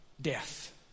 death